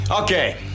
Okay